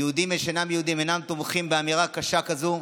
יהודים ושאינם יהודים אינם תומכים באמירה קשה כזאת.